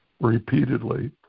repeatedly